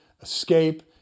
escape